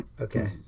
Okay